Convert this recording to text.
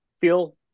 feel